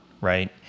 Right